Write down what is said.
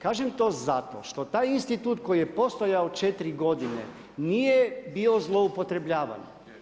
Kažem to zato što taj institut koji je postojao 4 godine nije bio zloupotrebljavan.